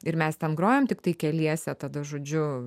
ir mes ten grojom tiktai keliese tada žodžiu